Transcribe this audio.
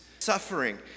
suffering